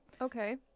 Okay